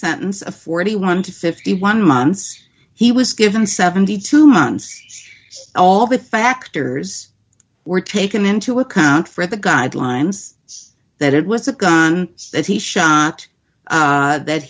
sentence of forty one to fifty one months he was given seventy two months all the factors were taken into account for the guidelines it's that it was a gun that he shot that